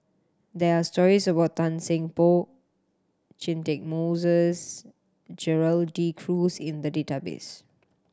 there are stories about Tan Seng Poh Catchick Moses Gerald De Cruz in the database